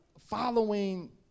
following